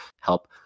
help